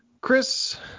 Chris